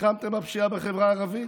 נלחמתם בפשיעה בחברה הערבית?